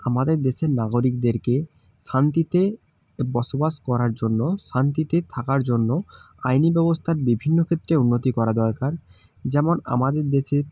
আমাদের দেশের নাগরিকদেরকে শান্তিতে বসবাস করার জন্য শান্তিতে থাকার জন্য আইনি ব্যবস্থার বিভিন্ন ক্ষেত্রে উন্নতি করা দরকার যেমন আমাদের দেশের